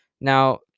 Now